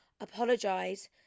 apologize